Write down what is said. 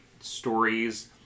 stories